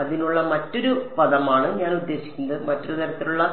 അതിനുള്ള മറ്റൊരു പദമാണ് ഞാൻ ഉദ്ദേശിക്കുന്നത് മറ്റൊരു തരത്തിലുള്ള